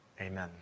Amen